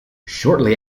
shortly